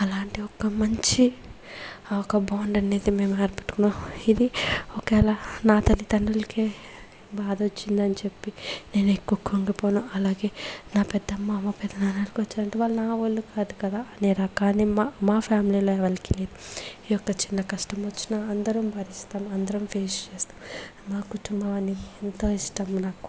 అలాంటి ఒక మంచి ఒక బాండ్ అనేది మేం నిలబెట్టుకున్నాము ఇది ఒకేలా నా తల్లి తండ్రులకే బాధొచ్చిందని చెప్పి నేను ఎక్కువ కృంగిపోను అలాగే నా పెద్దమ్మ మా పెద్దనాన్న చంటి వాళ్ళగా వాళ్ళు కాదు కదా అనే రకాన్ని మా ఫ్యామిలీలో వాళ్ళకి ఏ ఒక్క చిన్న కష్టమొచ్చిన అందరం భరిస్తాం అందరం ఫేస్ చేస్తాం మా కుటుంబం అని ఎంతో ఇష్టం నాకు